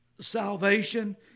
salvation